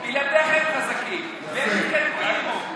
בלעדיך הם חזקים והם מתקדמים,